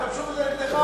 ישתמשו בזה נגדך.